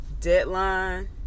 deadline